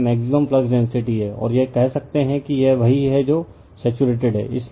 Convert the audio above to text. और यह maximum flux density है और यह कह सकता है कि यह वही है जो सैचुरेटेड है